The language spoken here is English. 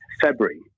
February